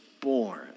born